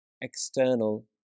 external